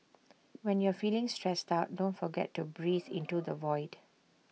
when you are feeling stressed out don't forget to breathe into the void